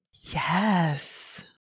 Yes